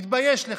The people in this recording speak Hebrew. תתבייש לך.